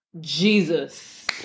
Jesus